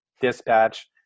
dispatch